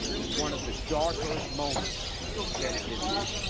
as one of the darker moments in the senate history.